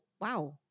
wow